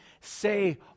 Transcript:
say